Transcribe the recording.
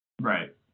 Right